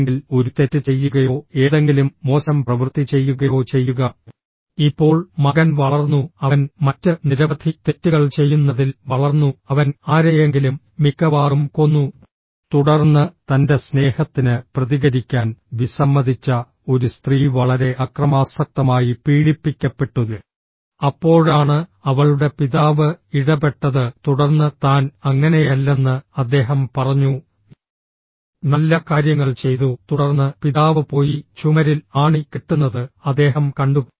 അല്ലെങ്കിൽ ഒരു തെറ്റ് ചെയ്യുകയോ ഏതെങ്കിലും മോശം പ്രവൃത്തി ചെയ്യുകയോ ചെയ്യുക ഇപ്പോൾ മകൻ വളർന്നു അവൻ മറ്റ് നിരവധി തെറ്റുകൾ ചെയ്യുന്നതിൽ വളർന്നു അവൻ ആരെയെങ്കിലും മിക്കവാറും കൊന്നു തുടർന്ന് തൻറെ സ്നേഹത്തിന് പ്രതികരിക്കാൻ വിസമ്മതിച്ച ഒരു സ്ത്രീ വളരെ അക്രമാസക്തമായി പീഡിപ്പിക്കപ്പെട്ടു അപ്പോഴാണ് അവളുടെ പിതാവ് ഇടപെട്ടത് തുടർന്ന് താൻ അങ്ങനെയല്ലെന്ന് അദ്ദേഹം പറഞ്ഞു നല്ല കാര്യങ്ങൾ ചെയ്തു തുടർന്ന് പിതാവ് പോയി ചുമരിൽ ആണി കെട്ടുന്നത് അദ്ദേഹം കണ്ടു